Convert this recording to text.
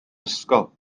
ysgol